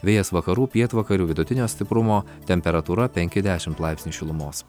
vėjas vakarų pietvakarių vidutinio stiprumo temperatūra penki dešimt laipsnių šilumos